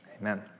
Amen